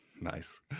Nice